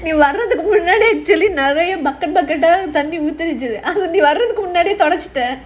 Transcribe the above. இங்க வரத்துக்கு முன்னாடி தண்ணி ஊத்துச்சு வரதுக்கு முன்னாடி தொடச்சிட்டேன்:inga varathuku munnaadi thanni oothuchu varathuku munnaadi thodachitaen